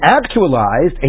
actualized